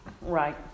right